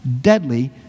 deadly